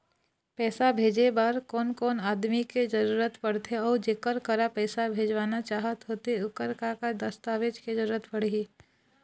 पैसा भेजे बार कोन कोन आदमी के जरूरत पड़ते अऊ जेकर करा पैसा भेजवाना चाहत होथे ओकर का का दस्तावेज के जरूरत पड़ही?